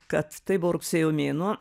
kad tai buvo rugsėjo mėnuo